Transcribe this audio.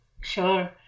Sure